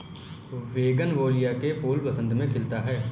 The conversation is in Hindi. बोगनवेलिया का फूल बसंत में खिलता है